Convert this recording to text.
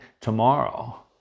tomorrow